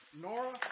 Nora